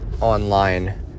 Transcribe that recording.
online